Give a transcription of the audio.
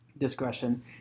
discretion